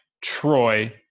Troy